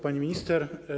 Pani Minister!